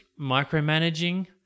micromanaging